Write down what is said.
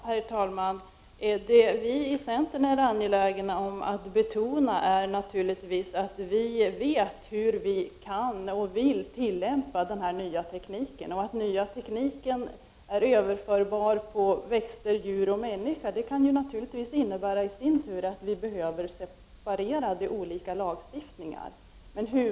Herr talman! Vi från centern är angelägna om att betona att vi naturligtvis vet hur vi kan och vill tillämpa den nya tekniken. Att den nya tekniken är överförbar till växter, djur och människor kan i sin tur innebära att vi behöver olika, separata lagstiftningar.